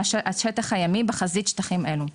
על השטח הימי בחזית שטחים אלו.